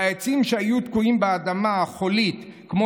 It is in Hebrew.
והעצים שהיו תקועים באדמה החולית כמו